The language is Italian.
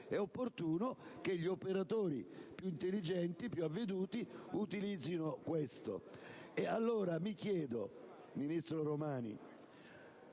è opportuno che gli operatori più intelligenti e più avveduti lo utilizzino. Allora mi chiedo, ministro Romani,